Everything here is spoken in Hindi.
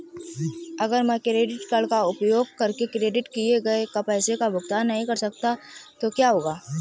अगर मैं क्रेडिट कार्ड का उपयोग करके क्रेडिट किए गए पैसे का भुगतान नहीं कर सकता तो क्या होगा?